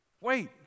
Wait